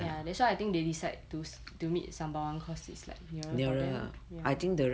ya that's why I think they decide to to meet sembawang cause it's like nearer for them ya